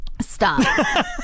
Stop